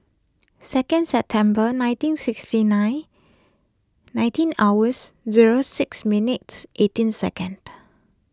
second September nineteen sixty nine nineteen hours zero six minutes eighteen second